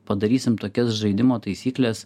padarysim tokias žaidimo taisykles